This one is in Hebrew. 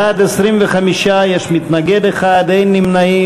בעד, 25, יש מתנגד אחד, אין נמנעים.